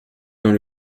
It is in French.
dans